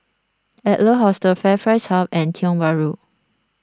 Adler Hostel FairPrice Hub and Tiong Bahru